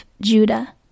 Judah